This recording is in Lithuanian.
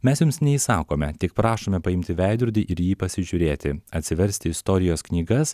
mes jums neįsakome tik prašome paimti veidrodį ir į jį pasižiūrėti atsiversti istorijos knygas